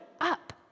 up